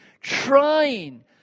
Trying